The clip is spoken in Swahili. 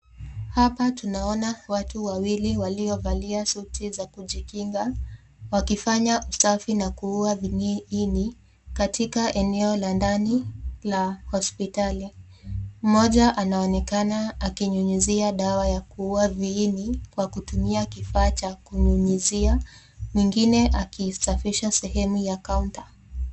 Hapa tunaona watu wawili waliovalia suti za kujikinga wakifanya usafi na kuua viini katika eneo la ndani la hospitali , mmoja anaonekana akinyunyizia dawa ya kuua viini kwa kutumia kifaa cha kunyunyizia mwingine akisafisha sehemu ya (cs) counter (cs).